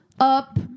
up